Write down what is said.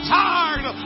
tired